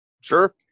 Sure